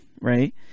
Right